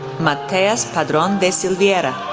matheus padron da silveira,